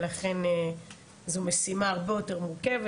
ולכן זו משימה הרבה יותר מורכבת.